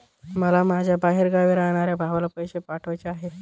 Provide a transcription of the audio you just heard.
मला माझ्या बाहेरगावी राहणाऱ्या भावाला पैसे पाठवायचे आहे